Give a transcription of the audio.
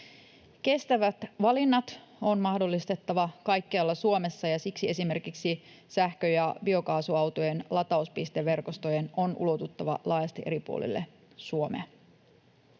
Kestävät valinnat on mahdollistettava kaikkialla Suomessa, ja siksi esimerkiksi sähkö- ja biokaasuautojen latauspisteverkostojen on ulotuttava laajasti eri puolille Suomea.